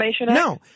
no